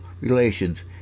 relations